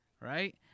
Right